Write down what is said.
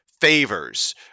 favors